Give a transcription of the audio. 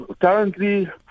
Currently